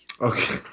Okay